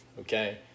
okay